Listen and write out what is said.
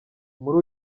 muri